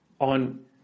on